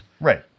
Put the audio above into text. Right